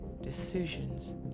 decisions